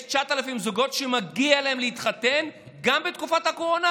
יש 9,000 זוגות שמגיע להם להתחתן גם בתקופת הקורונה,